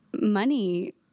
money